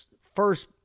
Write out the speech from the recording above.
first